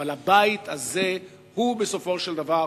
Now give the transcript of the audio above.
אבל עדיין הבית הזה הוא בסופו של דבר